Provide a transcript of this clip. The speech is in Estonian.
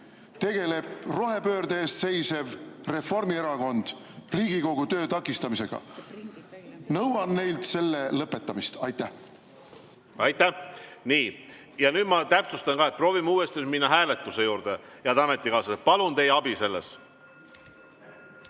tegeleb rohepöörde eest seisev Reformierakond Riigikogu töö takistamisega. Nõuan neilt selle lõpetamist. Aitäh! Aitäh! Nii, ja nüüd ma täpsustan, et proovime uuesti minna hääletuse juurde. Head ametikaaslased, palun selleks